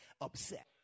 upset